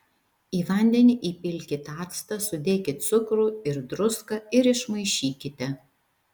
į vandenį įpilkit actą sudėkit cukrų ir druską ir išmaišykite